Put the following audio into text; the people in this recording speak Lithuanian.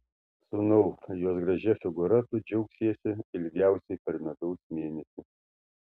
sūnau jos gražia figūra tu džiaugsiesi ilgiausiai per medaus mėnesį